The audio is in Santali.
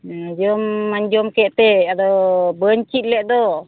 ᱦᱩᱸ ᱡᱚᱢ ᱢᱟᱹᱧ ᱡᱚᱢ ᱠᱮᱫ ᱮᱱᱛᱮᱫ ᱟᱫᱚ ᱵᱟᱹᱧ ᱪᱮᱫ ᱞᱮᱫ ᱫᱚ